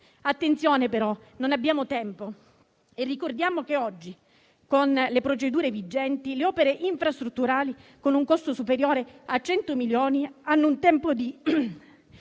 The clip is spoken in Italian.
Attenzione però: non abbiamo tempo, e ricordiamo che oggi, con le procedure vigenti, le opere infrastrutturali con un costo superiore a 100 milioni hanno un tempo di